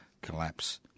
collapse